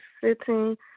sitting